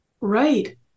Right